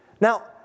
Now